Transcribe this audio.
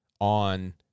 on